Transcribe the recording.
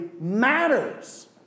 matters